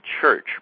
church